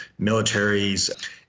militaries